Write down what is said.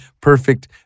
perfect